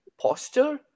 posture